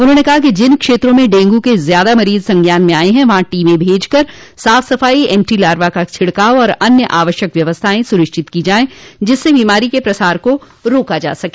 उन्होंने कहा कि जिन क्षेत्रों म डेंगू के ज्यादा मरीज संज्ञान में आये हैं वहां टीमें भेजकर साफ सफाई एंटीलार्वा का छिड़कांव तथा अन्य आवश्यक व्यवस्थाएं सुनिश्चित की जाये जिससे बीमारी के प्रसार को रोका जा सके